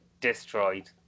Destroyed